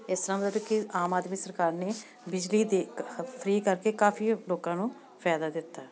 ਇਸ ਤਰ੍ਹਾਂ ਮਤਲਬ ਕਿ ਆਮ ਆਦਮੀ ਸਰਕਾਰ ਨੇ ਬਿਜਲੀ ਦੇ ਫਰੀ ਕਰਕੇ ਕਾਫੀ ਲੋਕਾਂ ਨੂੰ ਫਾਇਦਾ ਦਿੱਤਾ